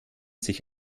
sich